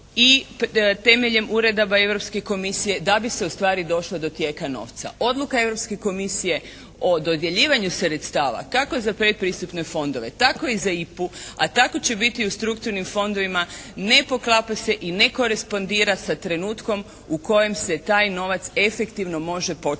i temeljem uredaba Europske komisije da bi se ustvari došlo do tijeka novca. Odluka Europske komisije o dodjeljivanju sredstava kako za predpristupne fondove tako i za IPA-u a tako će biti u strukturnim fondovima ne poklapa se i ne korespondira sa trenutkom u kojem se taj novac efektivno može početi